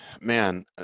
man